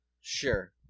Sure